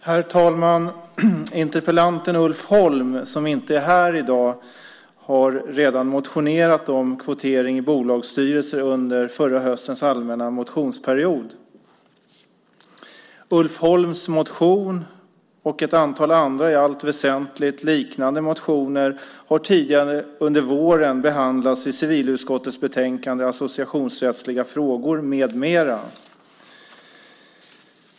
Herr talman! Interpellanten Ulf Holm, som inte är närvarande i dag, motionerade om kvotering i bolagsstyrelser redan under förra höstens allmänna motionsperiod. Ulf Holms motion och ett antal andra i allt väsentligt liknande motioner har tidigare under våren behandlats i civilutskottets betänkande Associationsrättsliga frågor m.m.